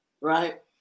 right